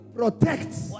protects